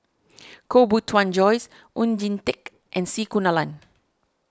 Koh Bee Tuan Joyce Oon Jin Teik and C Kunalan